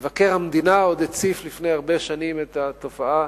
מבקר המדינה הציף לפני הרבה שנים את התופעה,